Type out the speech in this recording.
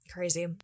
Crazy